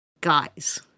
guys